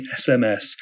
SMS